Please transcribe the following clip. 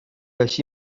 així